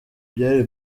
byari